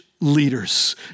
leaders